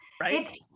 Right